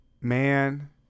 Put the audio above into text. man